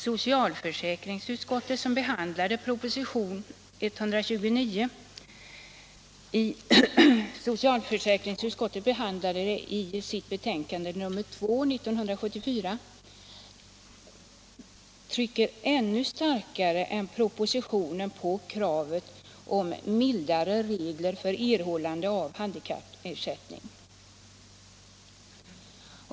Socialförsäkringsutskottet, som behandlade propositionen 129 i sitt betänkande 1974:32, trycker ännu starkare än propositionen på kravet på mildare regler för erhållande av handikappersättning.